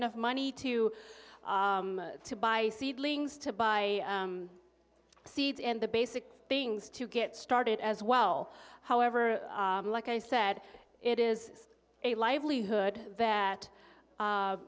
enough money to to buy seedlings to buy seeds and the basic things to get started as well however like i said it is a livelihood that